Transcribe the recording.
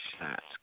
shots